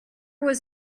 was